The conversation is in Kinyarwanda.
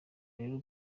rero